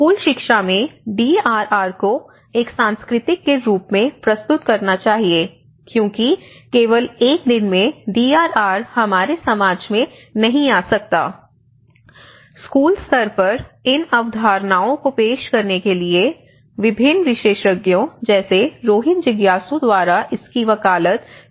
school शिक्षा में DRR को एक संस्कृति के रूप में प्रस्तुत करना चाहिए क्योंकिकेवल एक दिन में डीआरआर हमारे समाज में नहीं आ सकता स्कूल स्तर पर इन अवधारणाओं को पेश करने के लिए विभिन्न विशेषज्ञों जैसे रोहित जिज्ञासु द्वारा इसकी वकालत की गई है